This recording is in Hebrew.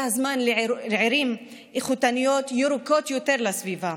זה הזמן לערים איכותיות, ירוקות יותר לסביבה.